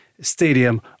stadium